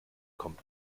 kommt